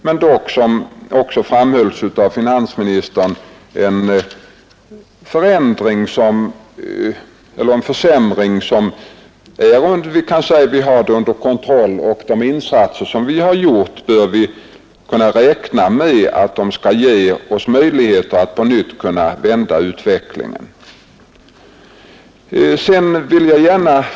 Men som också framhölls av finansministern är det en utveckling som vi har under kontroll. De insatser som vi har gjort bör ge oss möjligheter att på nytt vända utvecklingen till det bättre.